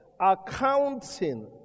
accounting